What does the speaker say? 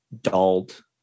dulled